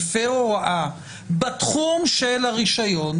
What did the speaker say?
הפר הוראה בתחום של הרישיון,